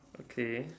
okay